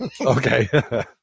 Okay